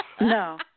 No